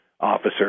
officer